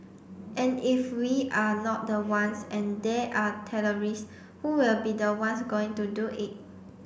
and if we're not the ones and there are terrorist who will be the ones going to do it